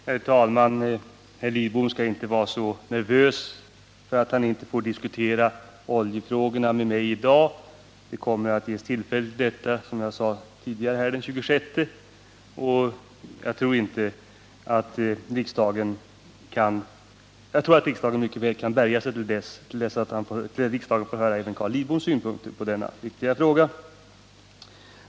Herr talman! Herr Lidbom skall inte vara så nervös för att han inte får diskutera oljefrågorna med mig i dag. Det kommer att ges tillfälle till detta, som jag sade tidigare, den 26 maj, och jag tror att riksdagen mycket väl kan bärga sig till dess riksdagen får höra även Carl Lidboms synpunkter på denna viktiga fråga.